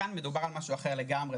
כאן מדובר על משהו אחר לגמרי,